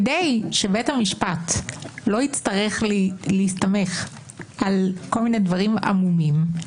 כדי שבית המשפט לא יצטרך להסתמך על כל מיני דברים עמומים,